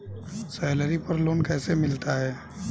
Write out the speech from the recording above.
Salary पर loan कैसे मिलता है?